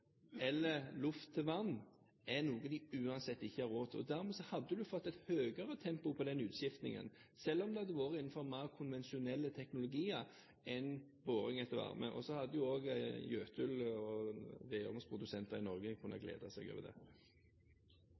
eller luft til vann er noe de uansett ikke har råd til. Dermed hadde du fått et høyere tempo på den utskiftningen selv om det hadde vært innenfor mer konvensjonelle teknologier enn boring etter varme. Så hadde jo også Jøtul og andre vedovnsprodusenter i Norge kunne glede seg over det.